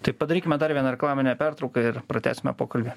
tai padarykime dar vieną reklaminę pertrauką ir pratęsime pokalbį